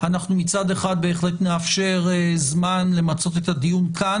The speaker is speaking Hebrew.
מצד אחד בהחלט נאפשר זמן למצות את הדיון כאן